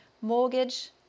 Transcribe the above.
mortgage